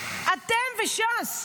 אתם וש"ס,